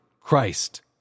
Christ